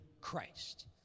Christ